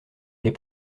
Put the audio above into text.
les